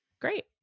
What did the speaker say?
great